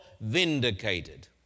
vindicated